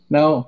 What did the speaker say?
Now